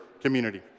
community